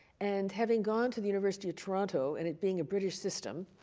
and having gone to the university of toronto and it being a british system,